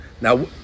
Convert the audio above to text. now